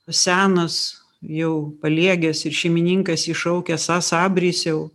senas jau paliegęs ir šeimininkas jį šaukia sa sa brisiau